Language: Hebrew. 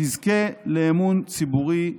תזכה לאמון ציבורי רב,